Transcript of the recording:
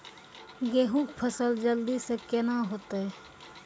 गेहूँ के फसल जल्दी से के ना होते?